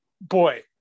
boy